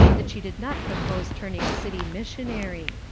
that she did not purpose turning city missionary.